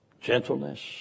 gentleness